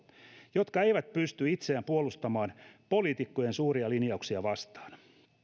jotka eivät pysty itseään puolustamaan poliitikkojen suuria linjauksia vastaan